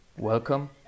Welcome